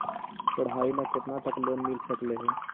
पढाई ल केतना तक लोन मिल सकले हे?